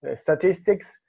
statistics